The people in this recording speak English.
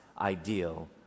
ideal